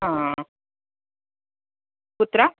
कुत्र